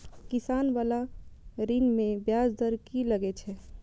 किसान बाला ऋण में ब्याज दर कि लागै छै?